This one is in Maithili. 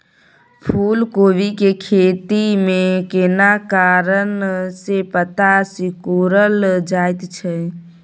फूलकोबी के खेती में केना कारण से पत्ता सिकुरल जाईत छै?